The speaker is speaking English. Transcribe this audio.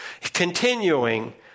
Continuing